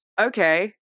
Okay